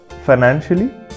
financially